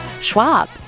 Schwab